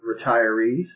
retirees